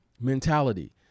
mentality